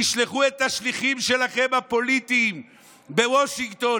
תשלחו את השליחים שלכם הפוליטיים בוושינגטון,